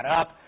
up